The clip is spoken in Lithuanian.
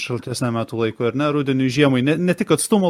šaltesniam metų laikui ar ne rudeniui žiemai ne ne tik atstumo